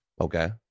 Okay